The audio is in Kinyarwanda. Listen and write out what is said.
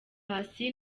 paccy